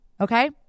Okay